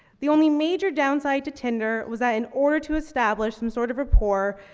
the only major downside to tinder was that in order to establish some sort of rapport,